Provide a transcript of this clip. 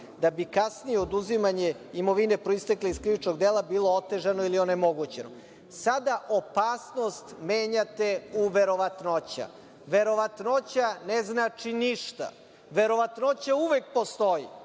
da bi kasnije oduzimanje imovine proistekle iz krivičnog dela bilo otežano ili omogućeno. Sada opasnost menjate u verovatnoća. Verovatnoća ne znači ništa. Verovatnoća uvek postoji.